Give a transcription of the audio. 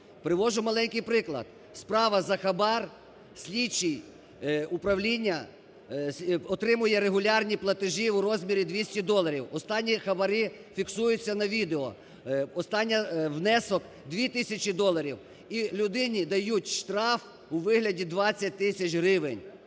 Приводжу маленький приклад, справа за хабар слідчий управління отримує регулярні платежі у розмірі 200 доларів, останні хабарі фіксуються на відео, останній внесок 2 тисячі доларів і людині дають штраф у вигляді 20 тисяч гривень.